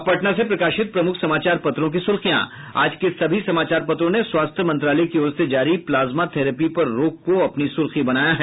अब पटना से प्रकाशित प्रमुख समाचार पत्रों की सुर्खियां आज के सभी समाचार पत्रों ने स्वास्थ्य मंत्रालय की ओर से जारी प्लाज्मा थेरेपी पर रोक को अपनी सुर्खी बनाया है